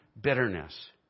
bitterness